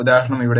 ഉദാഹരണം ഇവിടെ